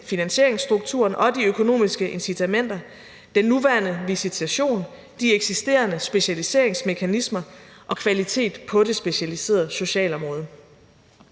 finansieringsstrukturen og de økonomiske incitamenter, den nuværende visitation, de eksisterende specialiseringsmekanismer og kvalitet på det specialiserede socialområde.